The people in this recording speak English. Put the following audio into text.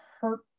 hurt